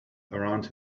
around